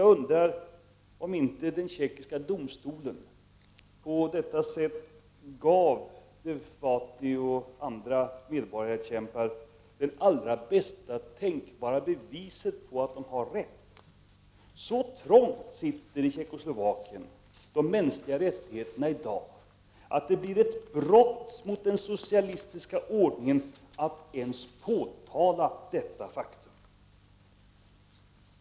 Jag undrar om inte den tjeckiska domstolen på detta sätt gav Devåty och andra medborgarrättskämpar det allra bästa tänkbara beviset på att de har rätt. Så trångt sitter i Tjeckoslovakien de mänskliga rättigheterna i dag att det blir ett brott mot den socialistiska ordningen att ens påtala detta faktum.